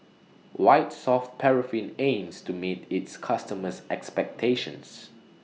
White Soft Paraffin aims to meet its customers' expectations